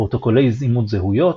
פרוטקולי אימות זהויות,